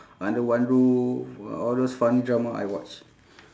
under one roof all those funny drama I watch